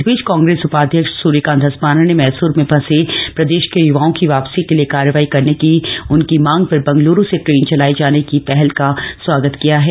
इस बीच कांग्रेस उपाध्यक्ष सूर्यकांत धस्माना ने मैसूर में फंसे प्रदेश के य्वाओं की वापसी के लिए कार्रवाई करने की उनकी मांग पर बंगल्रू से ट्रेन चलाये जाने की पहल का स्वागत किया है